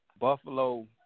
Buffalo